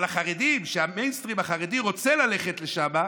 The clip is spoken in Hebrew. אבל החרדים, שהמיינסטרים החרדי רוצה ללכת לשם,